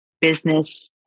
business